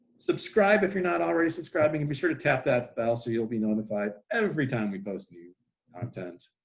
subscribe if you're not already subscribing, and be sure to tap that bell so you'll be notified every time we post new content.